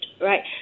right